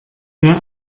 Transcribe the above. wer